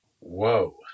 Whoa